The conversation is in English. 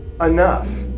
enough